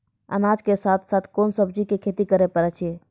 अनाज के साथ साथ कोंन सब्जी के खेती करे पारे छियै?